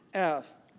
f,